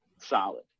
solid